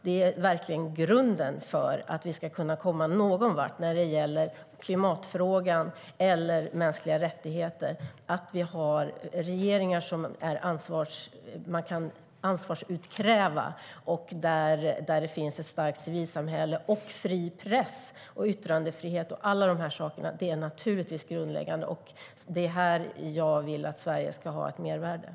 Det är verkligen grunden för att vi ska kunna komma någonvart när det gäller klimatfrågan eller mänskliga rättigheter att vi har regeringar som man kan utkräva på ansvar och där det finns ett starkt civilsamhälle, fri press och yttrandefrihet - alla dessa saker är naturligtvis grundläggande, och det är här jag vill att Sverige ska ha ett mervärde.